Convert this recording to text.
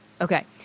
Okay